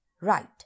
Right